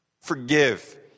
Forgive